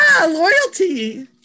loyalty